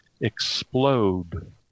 explode